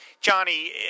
Johnny